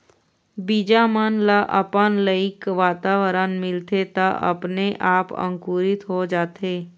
बीजा मन ल अपन लइक वातावरन मिलथे त अपने आप अंकुरित हो जाथे